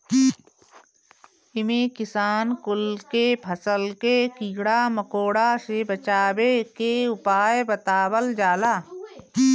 इमे किसान कुल के फसल के कीड़ा मकोड़ा से बचावे के उपाय बतावल जाला